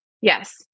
Yes